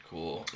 Cool